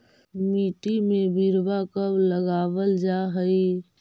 मिट्टी में बिरवा कब लगावल जा हई?